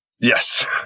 Yes